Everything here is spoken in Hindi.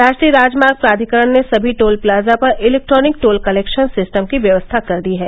राष्ट्रीय राजमार्ग प्राधिकरण ने समी टोल प्लाजा पर इलैक्ट्रॉनिक टोल कलैक्शन सिस्टम की व्यवस्था कर दी है